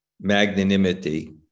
magnanimity